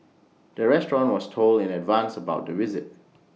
the restaurant was told in advance about the visit